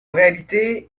réalité